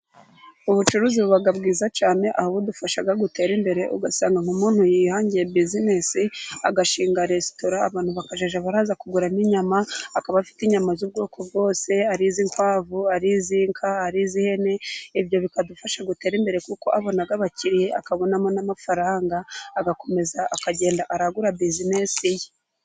Ubucuruzi buba bwiza cyane aho budufasha gutera imbere, ugasanga umuntu yihangiye bizinesi , agashinga resitora abantu bakajya baza kuguramo inyama, akaba afite inyama z'ubwoko bwose ari iz'ikwavu, ari iz'inka, ari iz'ihene, ibyo bikadufasha gutera imbere, kuko abona abakiriya akabonamo n'amafaranga agakomeza akagenda aragura bizinesi ye.